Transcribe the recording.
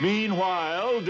Meanwhile